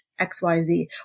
XYZ